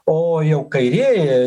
o jau kairieji